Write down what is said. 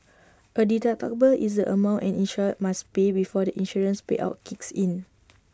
A deductible is the amount an insured must pay before the insurance payout kicks in